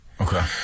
Okay